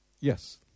Yes